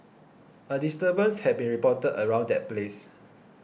a disturbance had been reported around that place